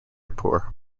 poor